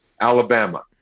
Alabama